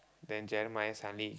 then Jeremiah suddenly